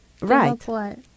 Right